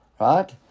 Right